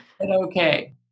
okay